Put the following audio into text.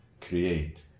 Create